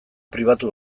pribatu